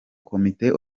komite